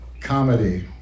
Comedy